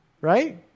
right